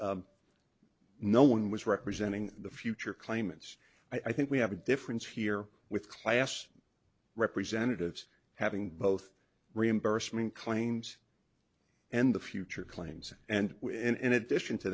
no one was representing the future claimants i think we have a difference here with class representatives having both reimbursement claims and the future claims and in addition to